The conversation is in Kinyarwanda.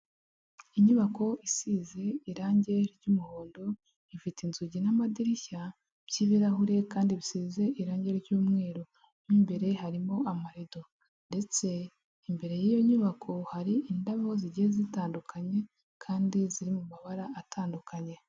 Inyubako isize irangi ry'umuhondo, ifite inzugi n'amadirishya by'ibirahure kandi bisize irangi ry'umweru, mo imbere harimo amarido ndetse imbere y'iyo nyubako hari indabo zigiye zitandukanye kandi ziri mu mabara atandukanye.